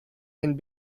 can